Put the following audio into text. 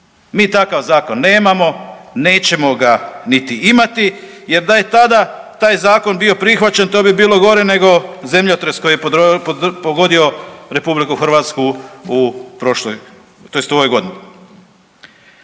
Mi takav zakon nemamo, nećemo ga niti imati jer da je tada taj zakon bio prihvaćen, to bi bilo gore nego zemljotres koji je pogodio RH u prošloj, tj. u ovoj godini.